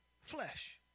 flesh